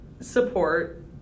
support